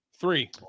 Three